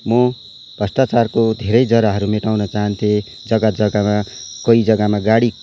म भ्रष्टाचारको धेरै जराहरू मेटाउन चाहान्थेँ जग्गा जग्गामा कोही जग्गामा गाडी